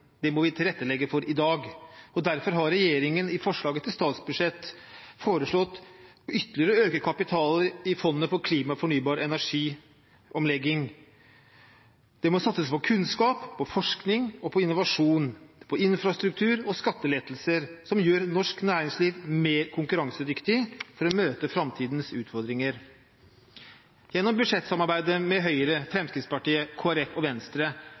må vi tilrettelegge for i dag, og derfor har regjeringen i forslaget til statsbudsjett foreslått ytterligere å øke kapitalen i Fondet for klima, fornybar energi og energiomlegging. Det må satses på kunnskap, forskning og innovasjon, infrastruktur og skattelettelser som gjør norsk næringsliv mer konkurransedyktig for å møte framtidens utfordringer. Gjennom budsjettsamarbeidet med Høyre, Fremskrittspartiet, Kristelig Folkeparti og Venstre